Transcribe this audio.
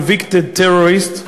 convicted terrorists,